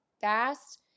fast